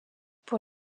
pour